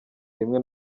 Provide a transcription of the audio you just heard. rimwe